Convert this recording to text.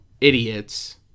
idiots